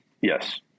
yes